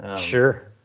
Sure